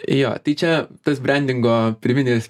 jo tai čia tas brendingo pirminis